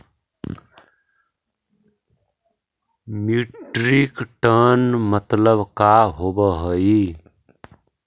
Metric tonne मतलब का होव हइ?